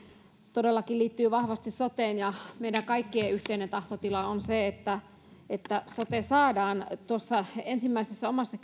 todellakin tämä liittyy vahvasti soteen ja meidän kaikkien yhteinen tahtotila on se että että sote saadaan ensimmäisessä omassa